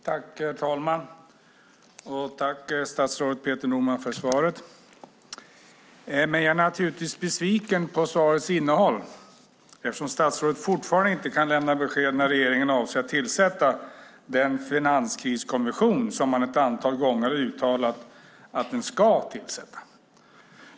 Herr talman! Jag tackar statsrådet Peter Norman för svaret men är givetvis besviken på innehållet eftersom statsrådet fortfarande inte kan lämna besked om när regeringen avser att tillsätta den finanskriskommission som man ett antal gånger har uttalat att man ska tillsätta.